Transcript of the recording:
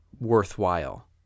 worthwhile